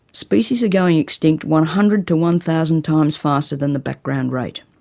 species are going extinct one hundred to one thousand times faster than the background rate.